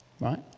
right